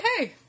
okay